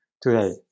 today